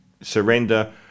surrender